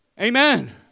Amen